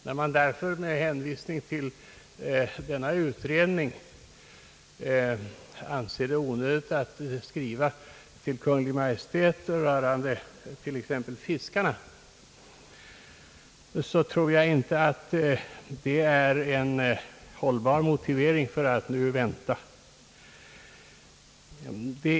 När man därför med hänvisning till denna utredning anser det onödigt att skriva till Kungl. Maj:t rörande t.ex. fiskarna, så tror jag inte att det är en hållbar motivering för att vänta.